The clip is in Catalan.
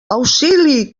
auxili